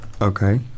Okay